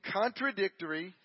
contradictory